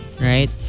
right